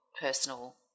personal